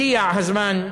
הגיע הזמן,